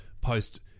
post